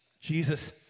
Jesus